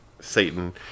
Satan